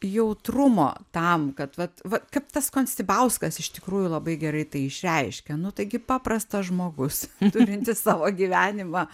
jautrumo tam kad vat va kad tas konstibauskas iš tikrųjų labai gerai tai išreiškia nu taigi paprastas žmogus turintis savo gyvenimą